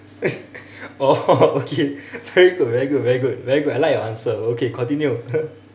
oh okay very good very good very good very good I like your answer okay continue